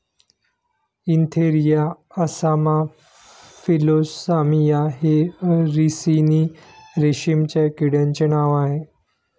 Antheraea असामा फिलोसामिया हे रिसिनी रेशीमच्या किड्यांचे नाव आह